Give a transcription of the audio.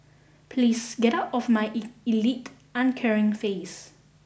please get out of my elite uncaring face